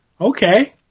Okay